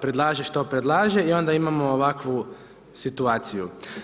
predlaže što predlaže i onda imamo ovakvu situaciju.